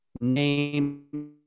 name –